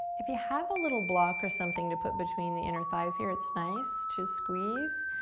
if you have a little block or something to put between the inner thighs here, it's nice to squeeze,